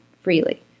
freely